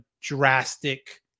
drastic